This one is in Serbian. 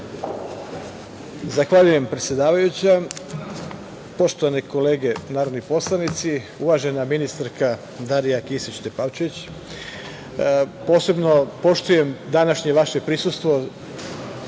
Zahvaljujem, predsedavajuća. Poštovane kolege narodni poslanici, uvažena ministarka Darija Kisić Tepavčević, posebno poštujem današnje vaše prisustvo,